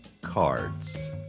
cards